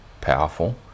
powerful